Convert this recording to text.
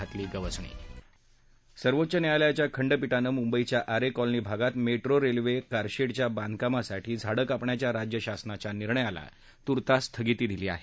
घातली गवसणी सर्वोच्च न्यायालयाच्या खंडपीठानं मुंबईच्या आरे कॉलनी भागात मेट्रो रेल्वे कारशेडच्या बांधकामासाठी झाडं कापण्याच्या राज्य शासनाच्या निर्णयाला तुर्तास स्थगिती दिली आहे